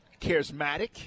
charismatic